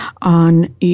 on